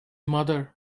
mother